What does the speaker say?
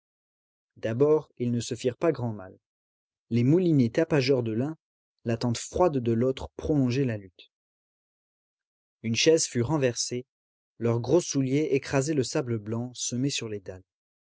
d'abord ils ne se firent pas grand mal les moulinets tapageurs de l'un l'attente froide de l'autre prolongeaient la lutte une chaise fut renversée leurs gros souliers écrasaient le sable blanc semé sur les dalles